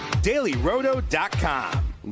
dailyroto.com